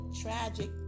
tragic